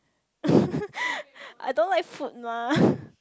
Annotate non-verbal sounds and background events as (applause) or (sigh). (laughs) I don't like food mah